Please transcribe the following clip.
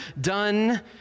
done